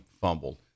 fumbled